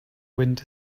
wind